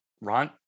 ron